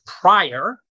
prior